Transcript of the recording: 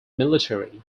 military